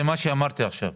זה מה שאמרתי עכשיו.